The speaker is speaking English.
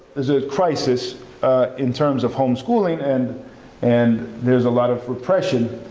there's a crisis in terms of homeschooling, and and there's a lot of repression.